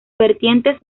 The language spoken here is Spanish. vertientes